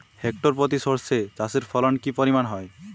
Hectare প্রতি সর্ষে চাষের ফলন কি পরিমাণ হয়?